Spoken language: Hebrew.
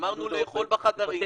אמרנו לאכול בחדרים.